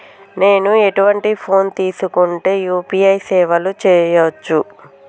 నేను ఎటువంటి ఫోన్ తీసుకుంటే యూ.పీ.ఐ సేవలు చేయవచ్చు?